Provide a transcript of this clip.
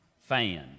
fan